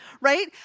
right